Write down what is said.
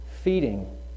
feeding